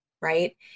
right